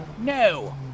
No